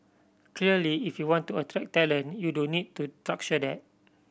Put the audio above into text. clearly if you want to attract talent you do need to structure that